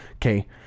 Okay